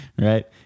right